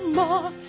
more